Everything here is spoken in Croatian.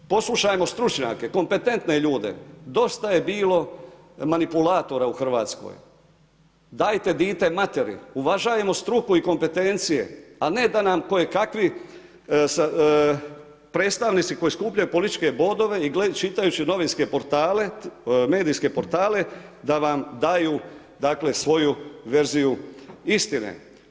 Poslušajmo stručnjake kompetentne ljude, dosta je bilo manipulatora u Hrvatskoj, dajte dite materi, uvažavamo struku i kompetencije, a ne da nam kojekakvi predstavnici koji skupljaju političke bodove i čitajući novinske portale, medijske portale da vam daju svoju verziju istine.